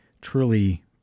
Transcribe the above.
truly